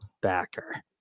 backer